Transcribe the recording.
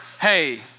Hey